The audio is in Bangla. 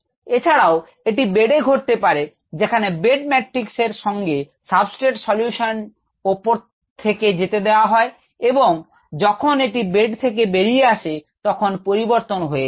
এছাড়াও এটি বেডে ঘটতে পারে যেখানে বেড ম্যাট্রিক্স এর সঙ্গে সাবস্ট্রেট সলিউশন ওপর থেকে যেতে দেয়া হয় এবং যখন এটি বেড থেকে বাইরে বেরিয়ে আসে তখন পরিবর্তন হয়ে যায়